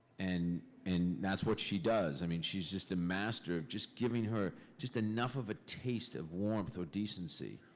and and that's what she does. i mean she's just a master of just giving her just enough of a taste of warmth or decency,